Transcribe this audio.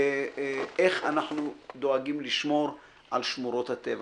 איך אנחנו דואגים לשמור על שמורות הטבע.